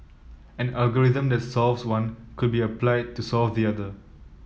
an algorithm that solves one could be applied to solve the other